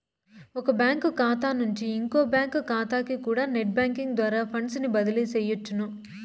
ఒక బ్యాంకు కాతా నుంచి ఇంకో బ్యాంకు కాతాకికూడా నెట్ బ్యేంకింగ్ ద్వారా ఫండ్సుని బదిలీ సెయ్యొచ్చును